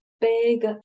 big